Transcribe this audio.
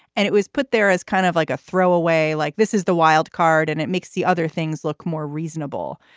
and it was put there as kind of like a throw away, like this is the wild card and it makes the other things look more reasonable.